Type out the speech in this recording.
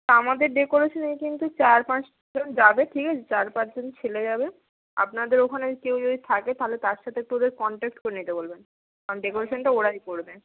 তা আমাদের ডেকোরেশানের কিন্তু চার পাঁচজন যাবে ঠিক আছে চার পাঁচজন ছেলে যাবে আপনাদের ওখানের কেউ যদি থাকে তাহলে তার সাথে একটু ওদের কনট্যাক্ট করে নিতে বলবেন কারণ ডেকোরেশানটা ওরাই করবে